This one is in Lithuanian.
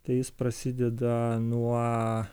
tai jis prasideda nuo